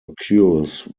occurs